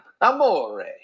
Amore